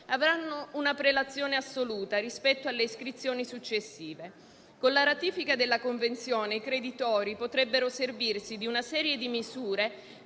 avranno una prelazione assoluta rispetto alle iscrizioni successive. Con la ratifica della Convenzione, i creditori potrebbero servirsi di una serie di misure